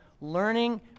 learning